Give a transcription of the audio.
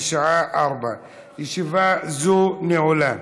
בשעה 16:00. ישיבה זו נעולה.